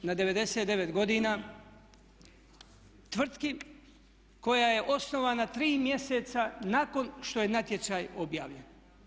Na 99 godina tvrtki koja je osnovana 3 mjeseca nakon što je natječaj objavljen.